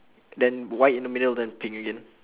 then white in the middle then pink again